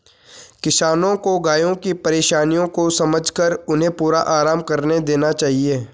किसानों को गायों की परेशानियों को समझकर उन्हें पूरा आराम करने देना चाहिए